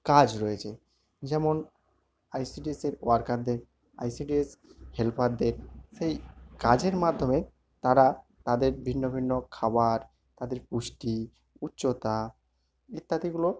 কাজ রয়েছে যেমন আই সি ডি এসের ওয়ার্কারদের আই সি ডি এস হেল্পারদের সেই কাজের মাধ্যমে তারা তাদের বিভিন্ন বিভিন্ন খাবার তাদের পুষ্টি উচ্চতা ইত্যাদিগুলো